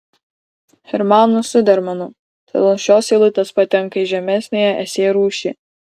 hermanu zudermanu todėl šios eilutės patenka į žemesniąją esė rūšį